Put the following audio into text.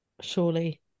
Surely